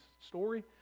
story